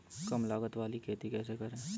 कम लागत वाली खेती कैसे करें?